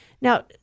Now